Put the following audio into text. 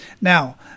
Now